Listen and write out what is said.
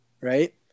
right